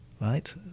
right